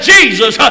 Jesus